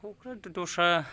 दस्रा